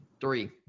Three